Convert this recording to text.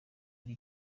ari